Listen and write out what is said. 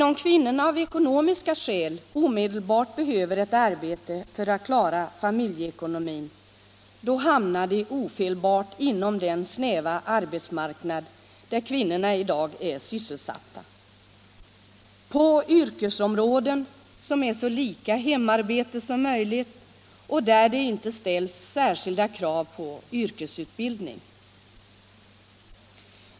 Om kvinnorna av ekonomiska skäl omedelbart behöver ett arbete för att klara familjeekonomin, så hamnar de ofelbart inom den snäva arbetsmarknad där kvinnorna är sysselsatta, på yrkesområden som är så lika hemarbete som möjligt och där det inte ställs särskilda krav på yrkesutbildning.